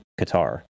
Qatar